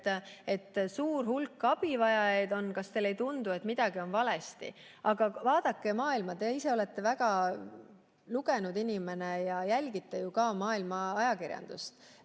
on suur hulk abivajajaid, ja küsite, kas meile ei tundu, et midagi on valesti. Aga vaadake maailma – te ise olete väga lugenud inimene ja jälgite ju ka maailma ajakirjandust.